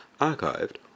archived